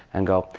and go,